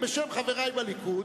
בשם חברי בליכוד,